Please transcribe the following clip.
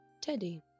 Teddy